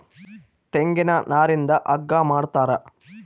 ತೆಂಗಿನ ನಾರಿಂದ ಹಗ್ಗ ಮಾಡ್ತಾರ